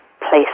place